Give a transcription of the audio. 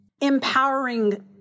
empowering